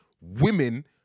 Women